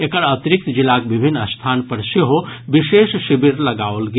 एकर अतिरिक्त जिलाक विभन्न स्थान पर सेहो विशेष शिविर लगाओल गेल